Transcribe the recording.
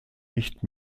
nicht